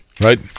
right